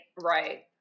Right